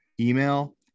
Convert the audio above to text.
email